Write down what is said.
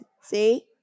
see